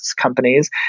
companies